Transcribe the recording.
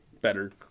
better